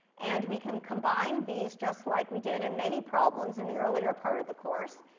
and we can combine these just like we did in many problems in the earlier part of the course.